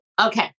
Okay